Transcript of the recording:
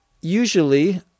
usually